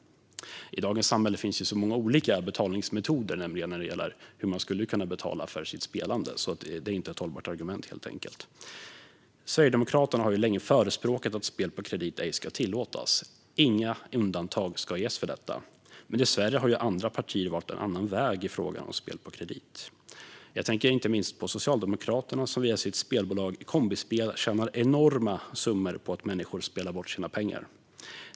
I dagens samhälle finns så många olika betalningsmetoder för hur man skulle kunna betala för sitt spelande att det argumentet helt enkelt inte är hållbart. Sverigedemokraterna har länge förespråkat att spel på kredit ej ska tillåtas. Inga undantag ska ges för detta. Dessvärre har andra partier valt en annan väg i frågan om spel på kredit. Jag tänker inte minst på Socialdemokraterna, som via sitt spelbolag Kombispel tjänar enorma summor på att människor spelar bort sina pengar.